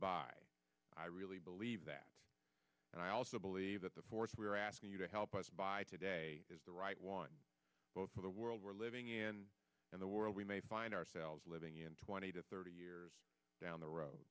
buy i really believe that and i also believe that the force we're asking you to help us by today is the right one both for the world we're living in and the world we may find ourselves living in twenty to thirty years down the road